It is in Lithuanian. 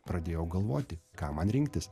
pradėjau galvoti ką man rinktis